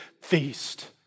feast